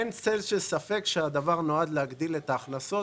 אין צל של ספק בכך שהדבר נועד להגדיל את ההכנסות,